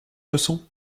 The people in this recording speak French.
leçon